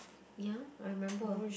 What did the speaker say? ya I remember